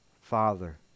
Father